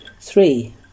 Three